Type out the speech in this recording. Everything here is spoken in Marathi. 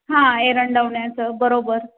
हां एरंडवण्याचं बरोबर